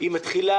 היא מתחילה